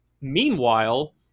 Meanwhile